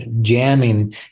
jamming